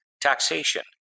taxation